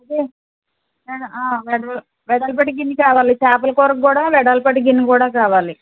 ఆ అదే వెదల వెడల్పాటి గిన్నె కావాలి చేపల కూరకి కూడా వెడల్పాటి గిన్నె కావాలి